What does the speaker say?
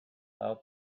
out